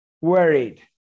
worried